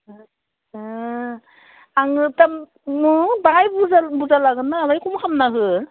आङो दा बाहाय बुरजा लागोन नालाय खम खालामना हो